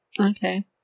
Okay